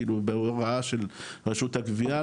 כאילו בהוראה של רשות הגבייה,